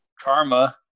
karma